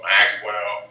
Maxwell